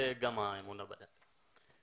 וגם האמונה בדת.